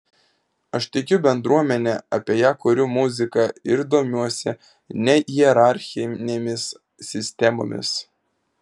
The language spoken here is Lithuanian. aš tikiu bendruomene apie ją kuriu muziką ir domiuosi nehierarchinėmis sistemomis